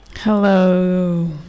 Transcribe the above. Hello